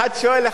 אחד שואל,